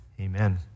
Amen